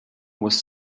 was